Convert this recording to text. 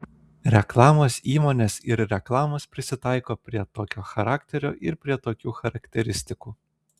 reklamos įmonės ir reklamos prisitaiko prie tokio charakterio ir prie tokių charakteristikų